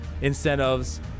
incentives